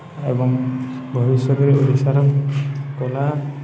ଏବଂ ଭବିଷ୍ୟତରେ ଓଡ଼ିଶାର କଳା